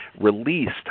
released